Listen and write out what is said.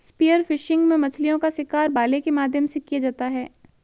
spear fishing में मछलीओं का शिकार भाले के माध्यम से किया जाता है